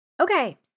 Okay